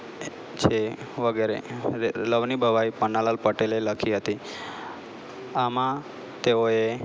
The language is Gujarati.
એ છે વગેરે લવની ભવાઇ પન્નાલાલ પટેલે લખી હતી આમાં તેઓએ